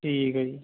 ਠੀਕ ਹੈ ਜੀ